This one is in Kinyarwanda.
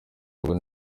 ahubwo